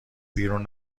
بیرون